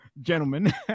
gentlemen